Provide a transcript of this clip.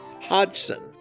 Hodgson